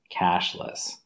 cashless